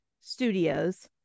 studios